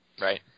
Right